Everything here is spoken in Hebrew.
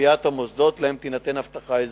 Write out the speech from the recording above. לקביעת המוסדות שתינתן להם אבטחה אזרחית.